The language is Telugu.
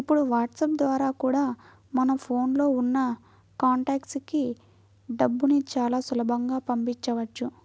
ఇప్పుడు వాట్సాప్ ద్వారా కూడా మన ఫోన్ లో ఉన్న కాంటాక్ట్స్ కి డబ్బుని చాలా సులభంగా పంపించవచ్చు